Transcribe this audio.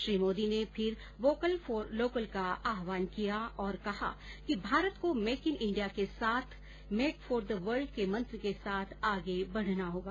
श्री मोदी ने फिर vocal for local का आहवान किया और कहा कि भारत को मेक इन इंडिया के साथ साथ मेक फॉर द वर्ल्ड के मंत्र के साथ आगे बढना होगा